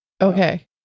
Okay